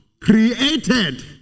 created